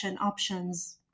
options